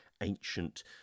ancient